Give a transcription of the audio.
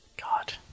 God